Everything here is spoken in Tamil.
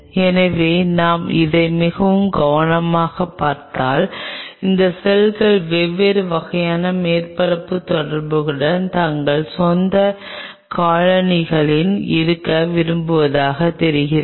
எனவே நாம் இதை மிகவும் கவனமாகப் பார்த்தால் இந்த செல்கள் வெவ்வேறு வகையான மேற்பரப்பு தொடர்புகளுடன் தங்கள் சொந்த காலனிகளில் இருக்க விரும்புவதாகத் தெரிகிறது